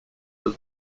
was